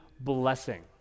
blessing